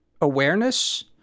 awareness